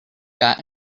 got